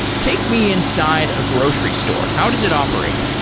take me inside a grocery store. how does it operate?